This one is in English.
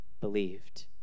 believed